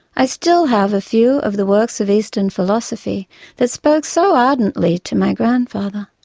i still have a few of the works of eastern philosophy that spoke so ardently to my grandfather,